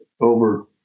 over